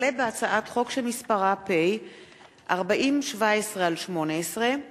הצעת חוק למניעת אלימות במשפחה